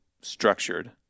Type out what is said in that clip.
structured